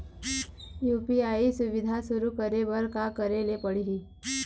UPI सुविधा शुरू करे बर का करे ले पड़ही?